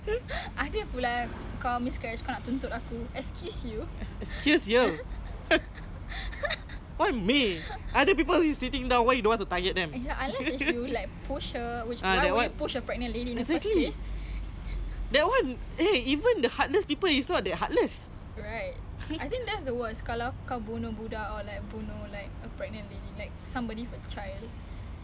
even the heartless people are not that heartless K that [one] is a psycho ah I'm a psychopath but I'm not I can think you know at least oh she's a pregnant lady oh cannot mm